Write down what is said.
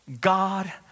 God